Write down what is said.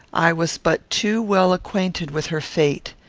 i was but too well acquainted with her fate.